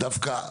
דווקא,